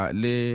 le